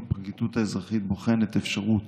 הפרקליטות האזרחית בוחנת אפשרות